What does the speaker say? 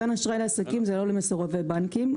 מתן אשראי לעסקים זה לא למסורבי בנקים.